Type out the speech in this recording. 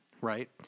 right